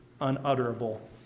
unutterable